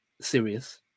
serious